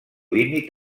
límit